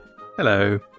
Hello